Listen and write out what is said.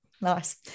nice